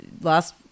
last